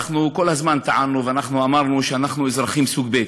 אנחנו כל הזמן טענו ואמרנו שאנחנו אזרחים סוג ב'.